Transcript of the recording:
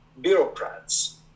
bureaucrats